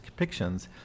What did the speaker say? depictions